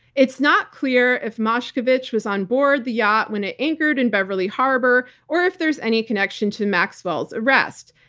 it's not clear if mashkevich was on board the yacht when it anchored in beverly harbor, or if there's any connection to maxwell's arrest.